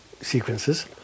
sequences